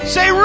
Say